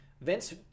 Vince